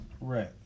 Right